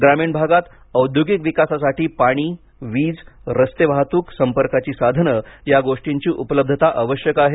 ग्रामीण भागात औद्योगिक विकासासाठी पाणी वीज रस्ते वाहतूक संपर्काची साधनं या गोष्टींची उपलब्धता आवश्यक आहे